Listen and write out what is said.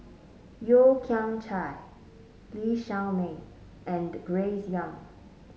Yeo Kian Chai Lee Shao Meng and Grace Young